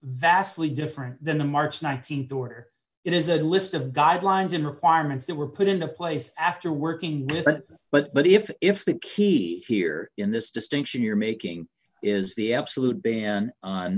vastly different than a march th or it is a list of guidelines in requirements that were put into place after working with it but if if the key here in this distinction you're making is the absolute ban on